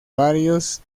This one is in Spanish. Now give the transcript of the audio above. varios